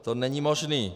To není možné.